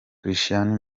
christian